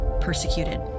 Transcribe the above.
persecuted